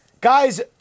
Guys